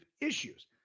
issues